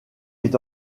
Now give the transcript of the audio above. est